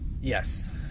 Yes